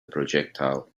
projectile